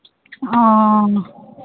हँ